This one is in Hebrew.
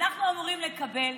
אנחנו אמורים לקבל.